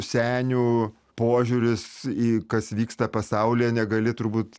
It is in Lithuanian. senių požiūris į kas vyksta pasaulyje negali turbūt